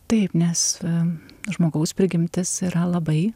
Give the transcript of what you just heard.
taip nes žmogaus prigimtis yra labai